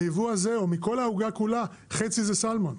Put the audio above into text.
מהייבוא הזה, או מכל העוגה כולה, חצי זה סלמון,